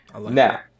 Now